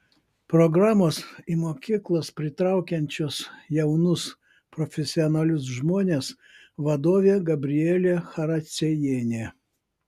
programos į mokyklas pritraukiančios jaunus profesionalius žmones vadovė gabrielė characiejienė